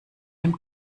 dem